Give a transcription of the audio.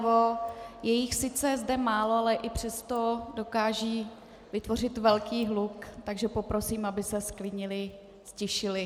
Je jich sice zde málo, ale i přesto dokážou vytvořit velký hluk, takže poprosím, aby se zklidnili, ztišili.